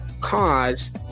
cause